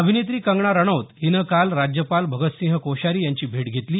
अभिनेत्री कंगणा रनौत हिनं काल राज्यपाल भगतसिंग कोश्यारी यांची भेट घेतली